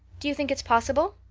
do you think it's possible?